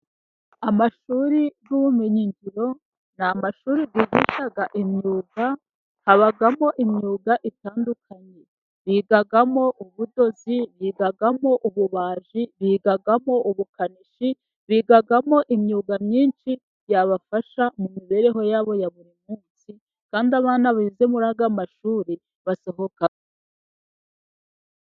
Amashuri y'ubumenyi ngiro, ni amashuri bigisha imyuga habamo imyuga itandukanye bigamo ubudozi, bigamo ububaji, bigamo ubukanishi, bigamo imyuga myinshi yabafasha mu mibereho yabo ya buri munsi, kandi abana bize muri aya mashuri basohoka....